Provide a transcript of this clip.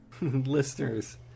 listeners